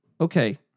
okay